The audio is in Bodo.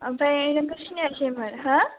आमफ्राय नोंखौ सिनायासैमोन हो